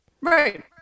right